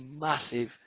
massive